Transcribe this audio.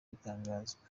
bitangazwa